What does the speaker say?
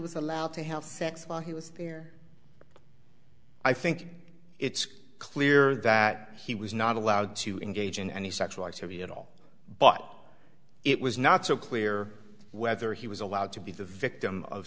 was allowed to have sex while he was there i think it's clear that he was not allowed to engage in any sexual activity at all but it was not so clear whether he was allowed to be the victim of